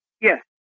Yes